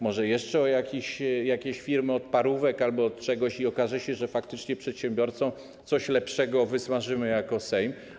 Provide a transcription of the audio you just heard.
Może jeszcze jakieś firmy od parówek albo od czegoś i okaże się, że faktycznie przedsiębiorcom coś lepszego wysmażymy jako Sejm.